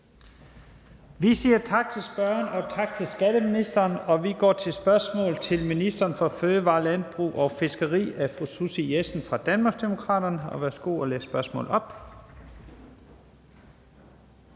Vi siger tak til spørgeren og skatteministeren. Vi går videre til et spørgsmål til ministeren for fødevarer, landbrug og fiskeri af fru Susie Jessen fra Danmarksdemokraterne. Kl. 15:21 Spm. nr.